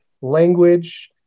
language